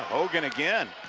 hogan again